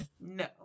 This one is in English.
no